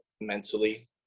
mentally